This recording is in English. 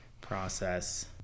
process